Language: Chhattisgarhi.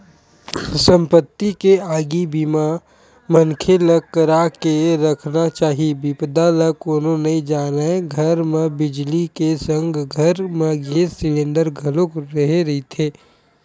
संपत्ति के आगी बीमा मनखे ल करा के रखना चाही बिपदा ल कोनो नइ जानय घर म बिजली के संग घर म गेस सिलेंडर घलोक रेहे रहिथे